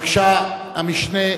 בבקשה, המשנה.